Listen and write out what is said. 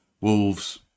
Wolves